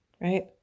right